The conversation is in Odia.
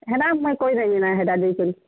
ହେଲା ମୁଇଁ କହିଦେମି ନାଇଁ ହେଟା ଦେଇକରି